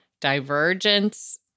divergence